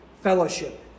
fellowship